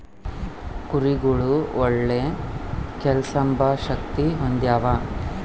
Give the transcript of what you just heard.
ಕುರಿಗುಳು ಒಳ್ಳೆ ಕೇಳ್ಸೆಂಬ ಶಕ್ತಿ ಹೊಂದ್ಯಾವ